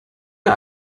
der